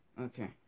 okay